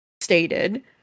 stated